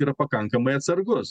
yra pakankamai atsargus